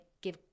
give